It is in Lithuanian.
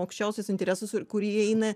aukščiausius interesus ir kurį įeina